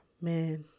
man